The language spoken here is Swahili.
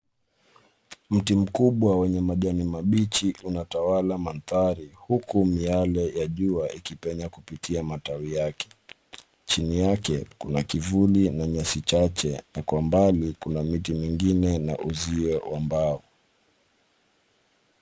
Mti mkubwa wenye majani mabichi unatawala mandhari uku miale ya jua ikipenya kupitia matawi yake. Chini yake kuna kivuli na nyasi chache. Na kwa mbali kuna miti mingine na uzio wa mbao.